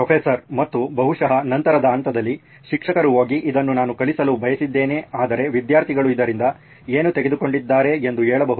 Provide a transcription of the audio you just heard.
professor ಮತ್ತು ಬಹುಶಃ ನಂತರದ ಹಂತದಲ್ಲಿ ಶಿಕ್ಷಕರು ಹೋಗಿ ಇದನ್ನು ನಾನು ಕಲಿಸಲು ಬಯಸಿದ್ದೇನೆ ಆದರೆ ವಿದ್ಯಾರ್ಥಿಗಳು ಇದರಿಂದ ಏನು ತೆಗೆದುಕೊಂಡಿದ್ದಾರೆ ಎಂದು ಹೇಳಬಹುದು